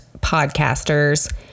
podcasters